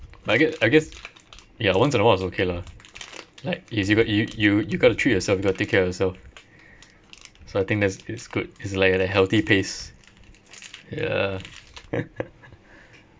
but I gue~ I guess ya once in a while is okay lah like is eith~ you you you gotta treat yourself you gotta take care of yourself so I think that is good it's like at a healthy pace ya